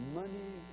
money